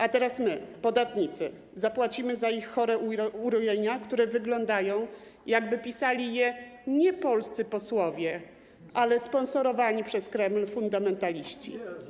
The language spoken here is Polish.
A teraz my, podatnicy, zapłacimy za ich chore urojenia, które wyglądają tak, jakby pisali je nie polscy posłowie, ale sponsorowani przez Kreml fundamentaliści.